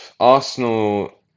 Arsenal